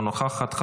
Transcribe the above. אינה נוכחת,